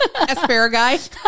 asparagus